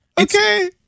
Okay